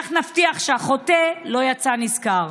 כך נבטיח שהחוטא לא יצא נשכר.